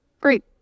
Great